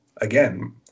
again